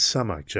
Summer